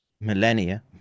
millennia